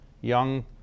young